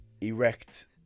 erect